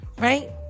Right